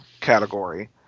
category